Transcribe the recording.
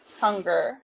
hunger